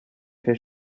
fait